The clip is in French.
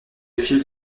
film